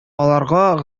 аларга